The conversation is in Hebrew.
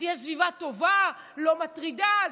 שתהיה סביבה טובה, לא מטרידה.